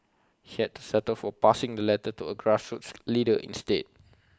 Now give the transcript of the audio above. he had to settle for passing the letter to A grassroots leader instead